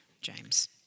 James